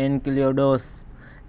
انکلیوڈوز